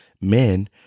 men